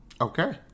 okay